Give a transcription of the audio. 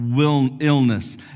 illness